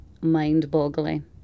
mind-boggling